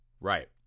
Right